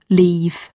leave